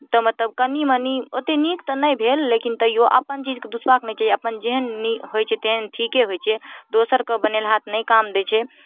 तऽ मतलब कनि मनि ओतेक नीक तऽ नहि भेल लेकिन तैओ अप्पन चीजके दुसबाके नहि चाही अपन जेहन नीक होइ छै तेहन ठीके होइ छै दोसरके बनेलहा तऽ नहि काम दै छै